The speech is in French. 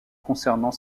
concernant